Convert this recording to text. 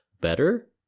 better